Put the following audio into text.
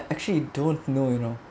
actually you don't know you know